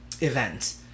event